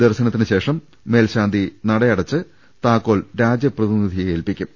ദർശനത്തിന് ശേഷം മേൽശാന്തി നടയ ടപ്പ് താക്കോൽ രാജപ്രതിനിധിയെ ഏൽപിക്കും